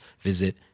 visit